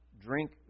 drink